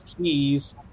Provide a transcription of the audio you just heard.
keys